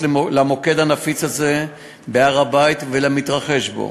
למוקד הנפיץ הזה בהר-הבית ולמתרחש בו,